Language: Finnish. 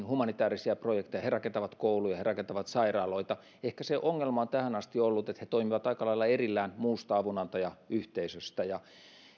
humanitäärisiä projekteja he he rakentavat kouluja he rakentavat sairaaloita ehkä se ongelma on tähän asti ollut että he toimivat aika lailla erillään muusta avunantajayhteisöstä